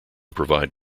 provide